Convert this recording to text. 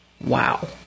Wow